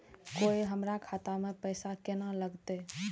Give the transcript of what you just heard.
कोय हमरा खाता में पैसा केना लगते?